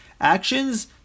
actions